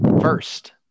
First